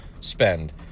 spend